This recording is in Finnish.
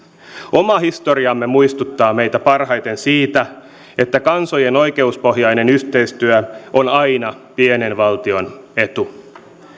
oma historiamme muistuttaa meitä parhaiten siitä että kansojen oikeuspohjainen yhteistyö on aina pienen valtion etu